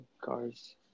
cars